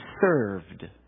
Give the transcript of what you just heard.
served